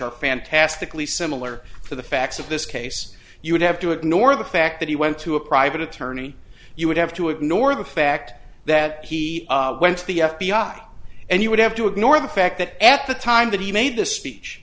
are fantastically similar for the facts of this case you would have to ignore the fact that he went to a private attorney you would have to ignore the fact that he went to the f b i and you would have to ignore the fact that at the time that he made this speech